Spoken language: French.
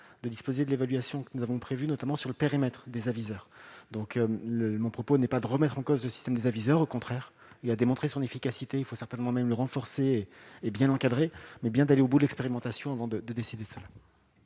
de disposer de l'évaluation que nous avons prévue, notamment sur le périmètre des aviseurs. Mon propos n'est pas de remettre en cause le système des aviseurs, au contraire, puisqu'il a démontré son efficacité. Il faudra même certainement le renforcer et mieux l'encadrer. Allons néanmoins au bout de l'expérimentation avant de décider quoi